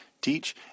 teach